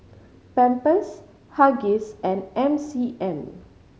Pampers Huggies and M C M